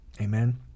Amen